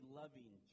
loving